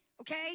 okay